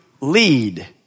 lead